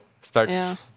start